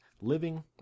living